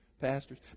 pastors